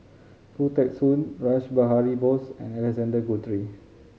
Khoo Teng Soon Rash Behari Bose and Alexander Guthrie